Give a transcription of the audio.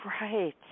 Right